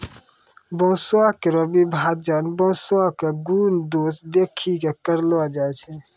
बांसों केरो विभाजन बांसों क गुन दोस देखि कॅ करलो जाय छै